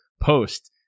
post